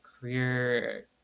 career